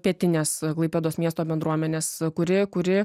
pietinės klaipėdos miesto bendruomenės kuri kuri